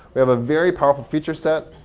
we have a very powerful feature set.